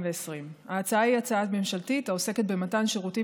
ההצעה היא הצעה ממשלתית העוסקת במתן שירותים